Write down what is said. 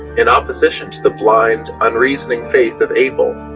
in opposition to the blind, unreasoning faith of abel,